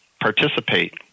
participate